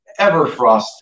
Everfrost